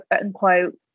unquote